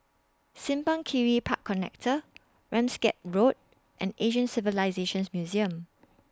Simpang Kiri Park Connector Ramsgate Road and Asian Civilisations Museum